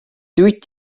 dwyt